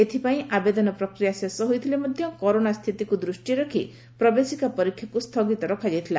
ଏଥିପାଇଁ ଆବେଦନ ପ୍ରକ୍ରିୟା ଶେଷ ହୋଇଥିଲେ ମଧ୍ଧ କରୋନା ସ୍ଚିତିକୁ ଦୃଷ୍କିରେ ରଖି ପ୍ରବେଶିକା ପରୀକ୍ଷାକୁ ସ୍ଥଗିତ ରଖାଯାଇଥିଲା